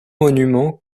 monument